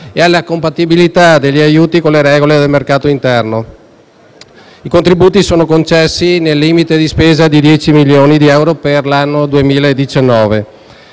e alla compatibilità degli aiuti con le regole del mercato interno. I contributi sono concessi nel limite di spesa di 10 milioni di euro per l'anno 2019.